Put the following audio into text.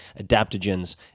adaptogens